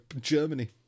germany